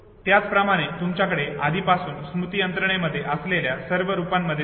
त्याचप्रमाणे तुमच्याकडे आधीपासून स्मृती यंत्रणेमध्ये असलेल्या सर्व रूपांमध्ये दिसते